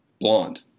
blonde